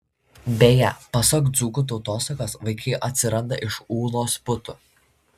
beje pasak dzūkų tautosakos vaikai atsiranda iš ūlos putų